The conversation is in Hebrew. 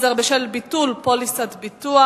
החזר בשל ביטול פוליסת ביטוח),